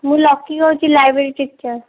ମୁଁ ଲକି କହୁଛି library teacher